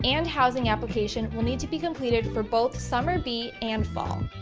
and housing application will need to be completed for both summer b and fall.